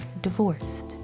divorced